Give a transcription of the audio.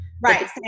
Right